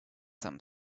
some